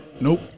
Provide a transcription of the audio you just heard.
Nope